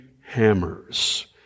hammers